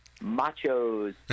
machos